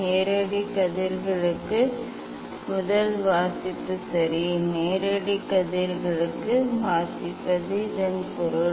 நேரடி கதிர்களுக்கான முதல் வாசிப்பு சரி நேரடி கதிர்களுக்கு வாசிப்பது இதன் பொருள்